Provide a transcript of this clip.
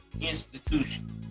institution